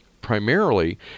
primarily